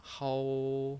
how